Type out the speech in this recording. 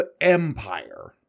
Empire